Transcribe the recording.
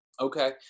Okay